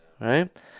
right